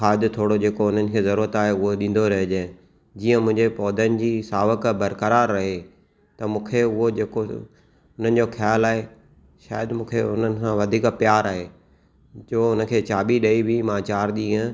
खाद थोरो जेको हुननि खे ज़रुरत आहे उहो ॾींदो रहिजें जीअं मुंहिंजे पौधनि जी सावक बरकरारु रहे त मूंखे उह जेको हुननि जो ख़्यालु आहे शायदि मूंखे हुननि सां वधीक प्यार आहे जो हुन खे चाॿी ॾेई बि मां चारि ॾींह